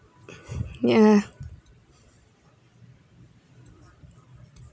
ya